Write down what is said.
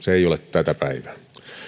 tätä päivää